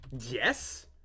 Yes